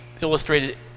illustrated